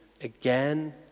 again